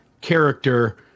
character